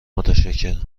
متشکرم